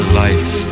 life